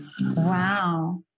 Wow